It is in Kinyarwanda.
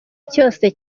cyose